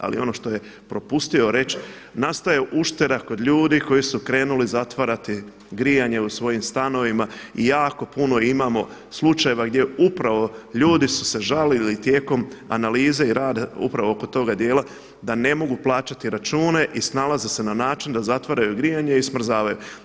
Ali ono što je propustio reći, nastaje ušteda kod ljudi koji su krenuli zatvarati grijanje u svojim stanovima i jako puno imamo slučajeva gdje upravo ljudi su se žalili tijekom analize i rada upravo oko toga dijela da ne mogu plaćati račune i snalaze se na način da zatvaraju grijanje i smrzavaju.